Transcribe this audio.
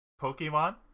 pokemon